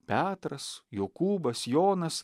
petras jokūbas jonas